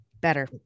better